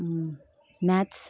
maths